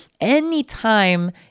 anytime